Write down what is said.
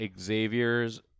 Xavier's